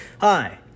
Hi